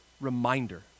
reminder